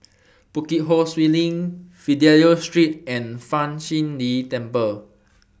Bukit Ho Swee LINK Fidelio Street and Fa Shi Lin Temple